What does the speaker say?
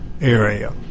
area